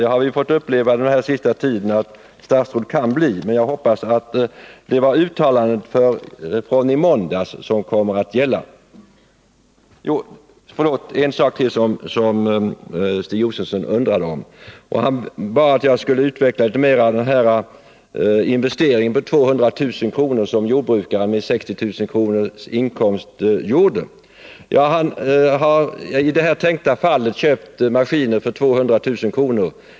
Vi har ju under den senaste tiden fått uppleva att statsråd kan bli det. Jag hoppas att det är uttalandet från i måndags som kommer att gälla. En sak till som Stig Josefson undrade om. Han bad att jag litet mera skulle utveckla exemplet med investeringen på 200 000 kr. som jordbrukaren med 60 000 kr. i inkomst gjorde. Han har i det tänkta fallet köpt maskiner för 200 000 kr.